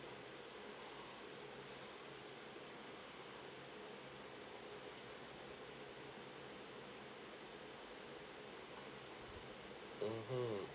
mmhmm